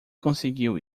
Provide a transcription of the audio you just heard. conseguiu